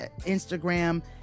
instagram